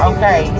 Okay